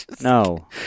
No